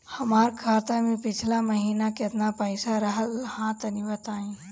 हमार खाता मे पिछला महीना केतना पईसा रहल ह तनि बताईं?